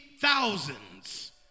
thousands